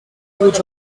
huge